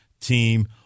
team